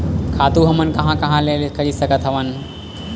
खातु हमन कहां कहा ले खरीद सकत हवन?